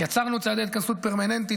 יצרנו צעדי התכנסות פרמננטית.